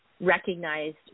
Recognized